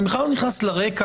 אני בכלל לא נכנס לרקע,